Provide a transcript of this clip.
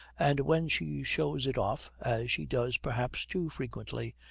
and when she shows it off, as she does perhaps too frequently,